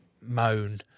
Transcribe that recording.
moan